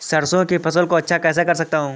सरसो की फसल को अच्छा कैसे कर सकता हूँ?